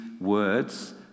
words